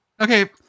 Okay